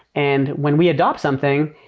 and when we adapt something,